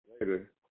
Later